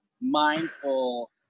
mindful